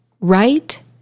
right